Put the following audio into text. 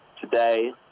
today